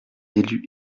élus